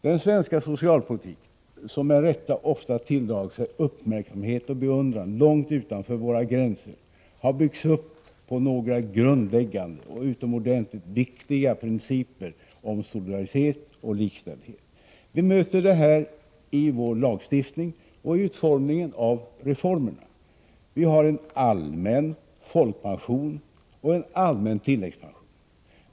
Den svenska socialpolitiken, som med rätta ofta tilldragit sig uppmärksamhet och beundran långt utanför våra gränser, har byggts upp på några grundläggande och utomordentligt viktiga principer om solidaritet och likställdhet. Vi möter detta i vår lagstiftning och i utformningen av reformerna. Vi har en allmän folkpension och en allmän tilläggspension.